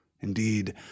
Indeed